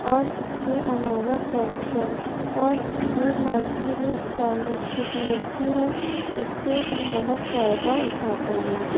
اور اس کے علاوہ پنشن اور اسکول لائف میں جو اسکالرشپ ملتی ہے اس سے ہم بہت فائدہ اٹھاتے ہیں